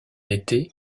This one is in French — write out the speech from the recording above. été